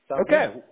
Okay